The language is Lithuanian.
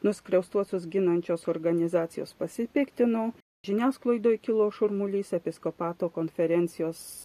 nuskriaustuosius ginančios organizacijos pasipiktino žiniasklaidoj kilo šurmulys episkopato konferencijos